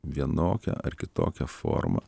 vienokia ar kitokia forma